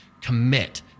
commit